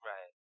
Right